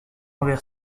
envers